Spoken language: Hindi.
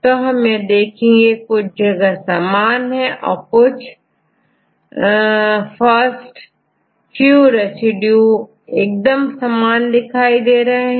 तो हम देखेंगे कुछ जगह समान हैं औरपहले कुछ रेसिड्यू एकदम सामान है